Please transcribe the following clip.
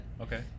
Okay